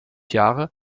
jahre